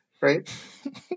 right